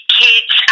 kids